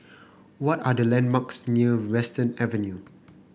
what are the landmarks near Western Avenue